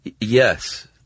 yes